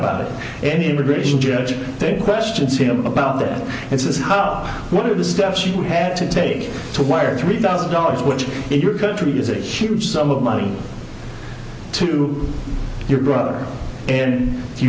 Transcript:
about it an immigration judge they questioned him about that and says how what are the steps you had to take to wire three thousand dollars which in your country is a huge sum of money to your brother and